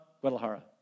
Guadalajara